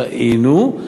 טעינו,